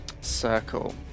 Circle